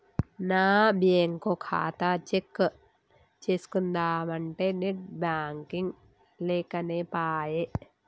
నా బ్యేంకు ఖాతా చెక్ చేస్కుందామంటే నెట్ బాంకింగ్ లేకనేపాయె